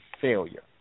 failure